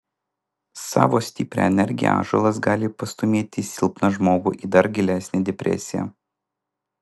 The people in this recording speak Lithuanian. savo stipria energija ąžuolas gali pastūmėti silpną žmogų į dar gilesnę depresiją